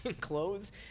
clothes